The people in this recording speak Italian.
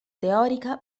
teorica